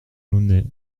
launay